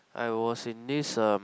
I was in this um